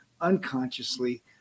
unconsciously